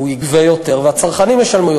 הוא יגבה יותר והצרכנים ישלמו יותר.